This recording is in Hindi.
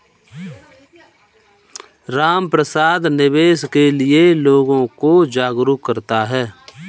रामप्रसाद निवेश के लिए लोगों को जागरूक करता है